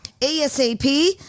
ASAP